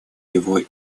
его